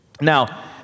Now